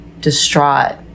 distraught